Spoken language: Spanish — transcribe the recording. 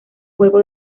juego